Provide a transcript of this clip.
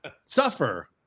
suffer